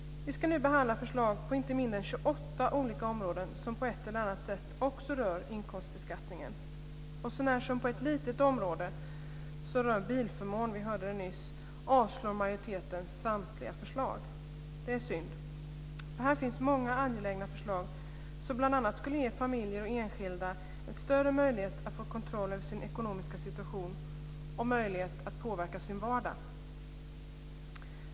Vi ska nu behandla förslag på inte mindre än 28 olika områden som på ett eller annat sätt också berör inkomstbeskattningen. Sånär som på ett litet område som rör bilförmån avstyrker majoriteten samtliga förslag. Det är synd för här finns många angelägna förslag som bl.a. skulle ge familjer och enskilda en större möjlighet att få kontroll över sin ekonomiska situation och att påverka sin vardag.